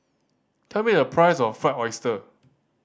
tell me the price of Fried Oyster